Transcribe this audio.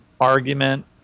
argument